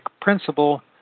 principle